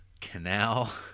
canal